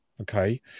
Okay